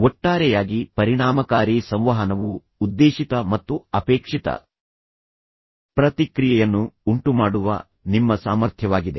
ಒಟ್ಟಾರೆಯಾಗಿ ಪರಿಣಾಮಕಾರಿ ಸಂವಹನವು ಉದ್ದೇಶಿತ ಮತ್ತು ಅಪೇಕ್ಷಿತ ಪ್ರತಿಕ್ರಿಯೆಯನ್ನು ಉಂಟುಮಾಡುವ ನಿಮ್ಮ ಸಾಮರ್ಥ್ಯವಾಗಿದೆ